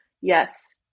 yes